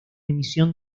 emisión